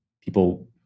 people